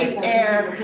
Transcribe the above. air.